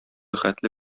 хәтле